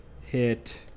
hit